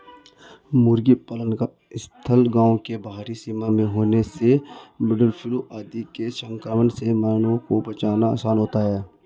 मुर्गी पालन का स्थल गाँव के बाहरी सीमा में होने से बर्डफ्लू आदि के संक्रमण से मानवों को बचाना आसान होता है